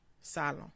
Salon